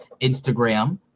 Instagram